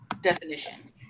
definition